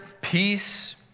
peace